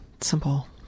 simple